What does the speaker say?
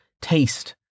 taste